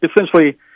essentially